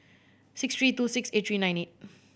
six three two six eight three nine eight